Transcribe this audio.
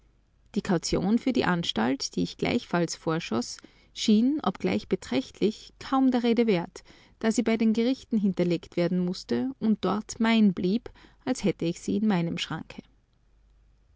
die kaution für die anstalt die ich gleichfalls vorschoß schien obgleich beträchtlich kaum der rede wert da sie bei den gerichten hinterlegt werden mußte und dort mein blieb als hätte ich sie in meinem schranke